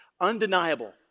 Undeniable